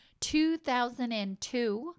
2002